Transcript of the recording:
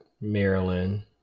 Maryland